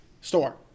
store